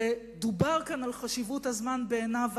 ודובר כאן על חשיבות הזמן בעיניו,